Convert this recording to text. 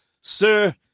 Sir